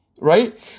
right